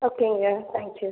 ஓகேங்க thank you